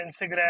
Instagram